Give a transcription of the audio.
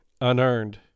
unearned